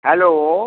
hello